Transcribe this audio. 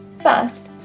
First